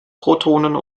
protonen